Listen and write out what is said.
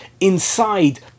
inside